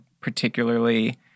particularly